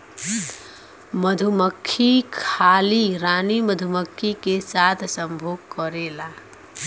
मधुमक्खी खाली रानी मधुमक्खी के साथ संभोग करेला